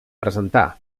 presentar